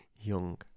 young